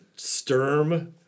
Sturm